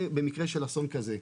זה במקרה של אסון כזה.